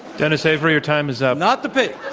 dennis avery, your time is up. not the pig.